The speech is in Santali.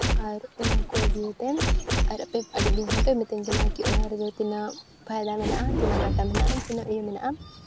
ᱟᱨ ᱚᱱᱟ ᱠᱚ ᱫᱤᱭᱮᱛᱮ ᱟᱨ ᱟᱯᱮ ᱟᱹᱰᱤ ᱫᱤᱱ ᱠᱷᱚᱱ ᱯᱮ ᱢᱤᱛᱟᱹᱧ ᱠᱟᱱᱟ ᱠᱤ ᱚᱱᱟ ᱨᱮᱫᱚ ᱛᱤᱱᱟᱹᱜ ᱯᱷᱟᱭᱫᱟ ᱢᱮᱱᱟᱜᱼᱟ ᱛᱤᱱᱟᱹᱜ ᱜᱷᱟᱴᱟ ᱢᱮᱱᱟᱜᱼᱟ ᱛᱤᱱᱟᱹᱜ ᱤᱭᱟᱹ ᱢᱮᱱᱟᱜᱼᱟ